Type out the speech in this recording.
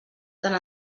tant